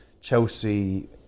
Chelsea